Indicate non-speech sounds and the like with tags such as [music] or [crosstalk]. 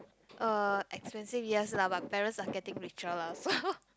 uh expensive yes lah but parents are getting richer lah so [noise]